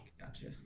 Gotcha